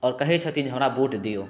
आओर कहै छथिन जे हमरा वोट दियौ